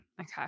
Okay